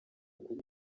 kuko